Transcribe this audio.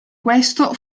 questo